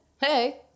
Hey